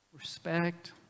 respect